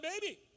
baby